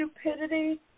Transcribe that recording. stupidity